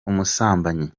umusambanyi